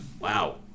wow